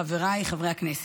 חבריי חברי הכנסת,